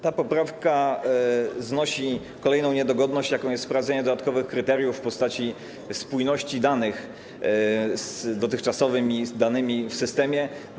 Ta poprawka znosi kolejną niedogodność, jaką jest sprawdzenie dodatkowych kryteriów w postaci spójności danych z dotychczasowymi danymi w systemie.